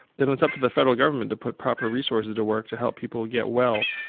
then it's up to the federal government to put proper resources to work to help people get well.